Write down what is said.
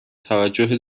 توجه